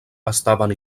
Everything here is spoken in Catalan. estaven